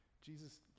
Jesus